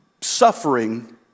suffering